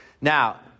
Now